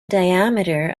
diameter